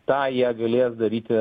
tą jie galės daryti